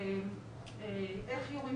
איך יורים